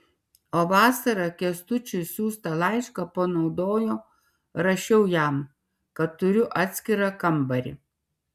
o vasarą kęstučiui siųstą laišką panaudojo rašiau jam kad turiu atskirą kambarį